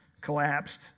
collapsed